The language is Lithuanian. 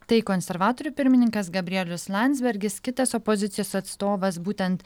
tai konservatorių pirmininkas gabrielius landsbergis kitas opozicijos atstovas būtent